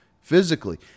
physically